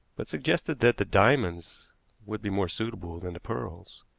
but suggested that the diamonds would be more suitable than the pearls.